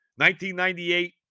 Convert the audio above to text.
1998